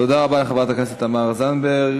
תודה רבה לחברת הכנסת תמר זנדברג.